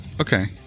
Okay